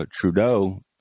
Trudeau